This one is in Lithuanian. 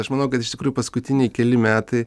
aš manau kad iš tikrųjų paskutiniai keli metai